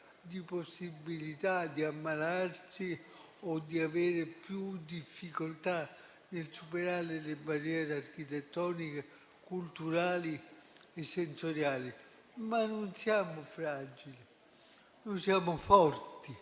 possibilità di ammalarsi o di avere più difficoltà nel superare le barriere architettoniche, culturali e sensoriali, ma non siamo fragili. Noi siamo forti,